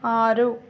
ఆరు